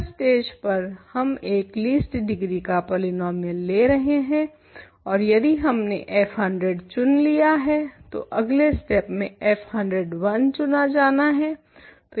हर stage पर हम एक लीस्ट डिग्री का पॉलीनोमियल ले रहे हैं ओर यदि हमने f100 चुन लिया है तो अगले स्टेप में f101 चुना जाना है